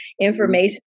information